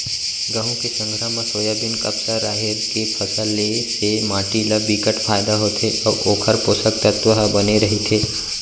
गहूँ के संघरा म सोयाबीन, कपसा, राहेर के फसल ले से माटी ल बिकट फायदा होथे अउ ओखर पोसक तत्व ह बने रहिथे